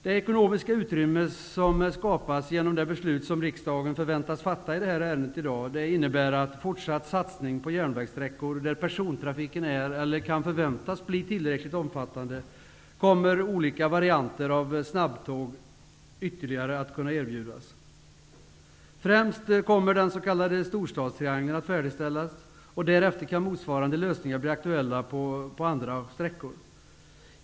Det ekonomiska utrymme som skapas genom det beslut som riksdagen förväntas fatta i detta ärende i dag innebär fortsatt satsning på järnvägssträckor där persontrafiken är eller kan förväntas bli tillräckligt omfattande och olika varianter av snabbtåg kommer att kunna erbjudas. Främst kommer den s.k. storstadstriangeln att färdigställas. Därefter kan motsvarande lösningar bli aktuella på andra sträckor.